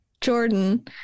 jordan